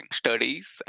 studies